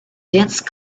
dense